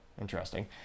Interesting